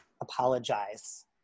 apologize